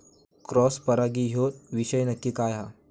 Cross परागी ह्यो विषय नक्की काय?